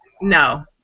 no